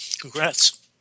Congrats